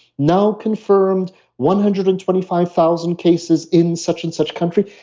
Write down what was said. now confirmed one hundred and twenty five thousand cases in such and such country.